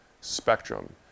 spectrum